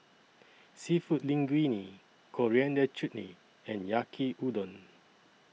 Seafood Linguine Coriander Chutney and Yaki Udon